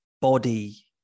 body